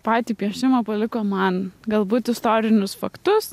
patį piešimą paliko man galbūt istorinius faktus